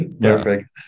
Perfect